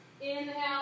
Inhale